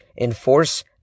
enforce